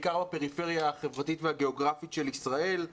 בעיקר בפריפריה החברתית והגיאוגרפית של ישראל.